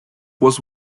was